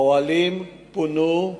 האוהלים פונו,